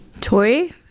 Tori